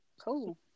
cool